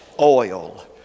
oil